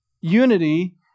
unity